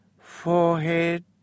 forehead